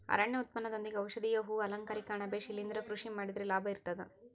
ಅರಣ್ಯ ಉತ್ಪನ್ನದೊಂದಿಗೆ ಔಷಧೀಯ ಹೂ ಅಲಂಕಾರಿಕ ಅಣಬೆ ಶಿಲಿಂದ್ರ ಕೃಷಿ ಮಾಡಿದ್ರೆ ಲಾಭ ಇರ್ತದ